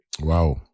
Wow